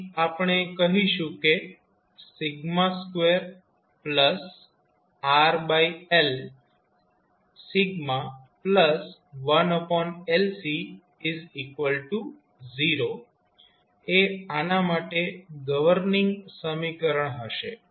તેથી આપણે કહીશું કે 2RL1LC0 એ આના માટે ગવર્નીંગ સમીકરણ હશે